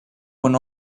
when